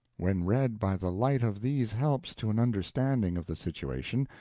when read by the light of these helps to an understanding of the situation,